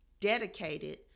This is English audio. dedicated